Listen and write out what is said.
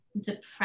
depressed